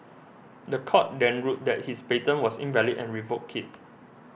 the court then ruled that his patent was invalid and revoked it